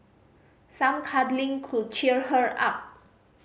some cuddling could cheer her up